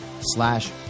slash